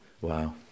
Wow